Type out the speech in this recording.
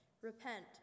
Repent